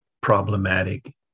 problematic